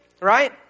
right